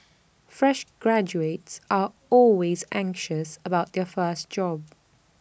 fresh graduates are always anxious about their first job